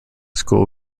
school